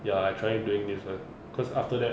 ya I try and doing this cause after that